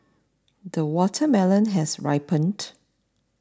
the watermelon has ripened